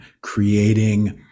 creating